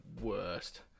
worst